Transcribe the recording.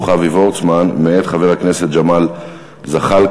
אבי וורצמן מאת חבר הכנסת ג'מאל זחאלקה.